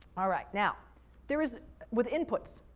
alright, now there is with inputs,